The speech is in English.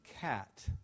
cat